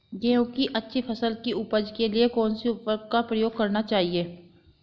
गेहूँ की अच्छी फसल की उपज के लिए कौनसी उर्वरक का प्रयोग करना चाहिए?